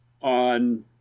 on